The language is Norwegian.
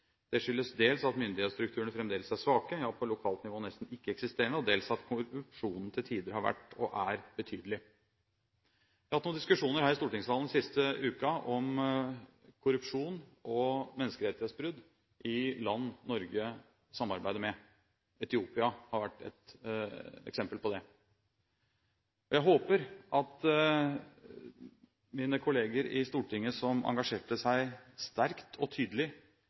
skyldes dels at myndighetsstrukturene fremdeles er svake – ja, på lokalt nivå nesten ikke-eksisterende – og dels at korrupsjonen til tider har vært og er betydelig.» Vi har hatt noen diskusjoner her i stortingssalen den siste uken om korrupsjon og menneskerettighetsbrudd i land Norge samarbeider med. Etiopia har vært ett eksempel på det. Jeg håper at mine kolleger i Stortinget som engasjerte seg sterkt og tydelig